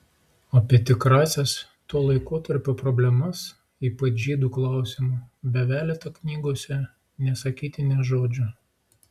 apie tikrąsias to laikotarpio problemas ypač žydų klausimu bevelyta knygose nesakyti nė žodžio